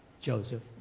Joseph